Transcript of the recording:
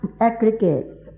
aggregates